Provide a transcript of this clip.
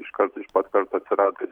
iškart iš pat karto atsirado